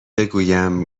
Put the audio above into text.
بگویم